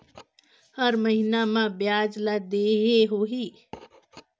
हर महीना मा ब्याज ला देहे होही?